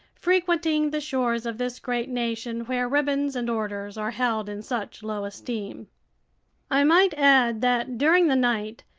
frequenting the shores of this great nation where ribbons and orders are held in such low esteem i might add that during the night,